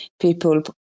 people